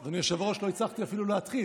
אדוני היושב-ראש, לא הצלחתי אפילו להתחיל.